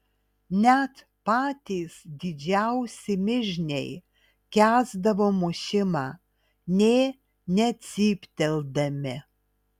net patys didžiausi mižniai kęsdavo mušimą nė necypteldami